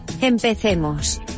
Empecemos